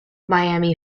miami